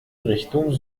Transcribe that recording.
richtung